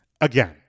again